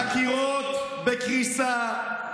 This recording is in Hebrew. החקירות בקריסה,